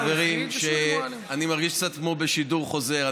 חברים אני מרגיש קצת כמו בשידור חוזר.